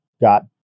got